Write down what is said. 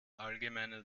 allgemeinen